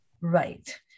Right